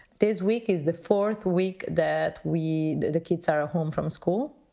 this week is the fourth week that we the kids are ah home from school.